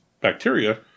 bacteria